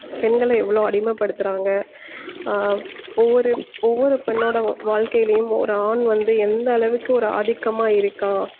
பெண்கள எவ்வளோ அடிமைப்படுத்துறாங்க ஒவ்வொரு ஒவ்வொரு பெண்ணோட வாழ்க்கையிலையும் ஒரு ஆண் வந்து எந்தளவுக்கு ஒரு ஆதிக்கமாக இருக்கான்